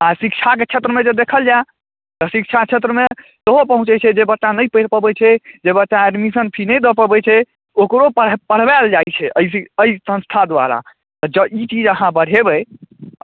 आ शिक्षाक क्षेत्रमे जे देखल जाय तऽ शिक्षा क्षेत्रमे सेहो पहुँचैत छै जे बच्चा नहि पढ़ि पबैत छै जे बच्चा एडमिशन फी नहि दऽ पबैत छै ओकरो पढ़बय पढ़बायल जाइत छै एहि संस्था द्वारा जँ ई चीज अहाँ बढ़ेबै